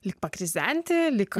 lyg pakrizenti lyg